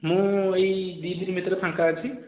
ମୁଁ ଏହି ଦୁଇଦିନ ଭିତରେ ଫାଙ୍କା ଅଛି